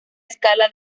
escala